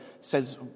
says